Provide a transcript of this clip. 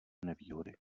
nevýhody